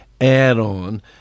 add-on